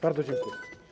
Bardzo dziękuję.